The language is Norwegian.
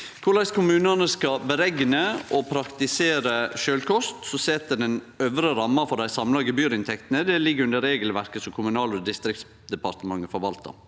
Korleis kommunane skal berekne og praktisere sjølvkost, som set den øvre ramma for dei samla gebyrinntektene, ligg under regelverket som Kommunal- og distriktsdepartementet forvaltar.